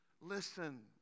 listen